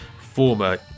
former